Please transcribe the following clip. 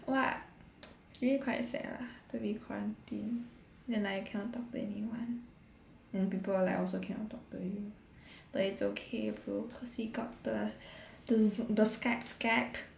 !wah! it's really quite sad lah to be quarantine then like you cannot talk to anyone then people all like also cannot talk to you but it's okay bro cause we got the the Zo~ the Skype Skype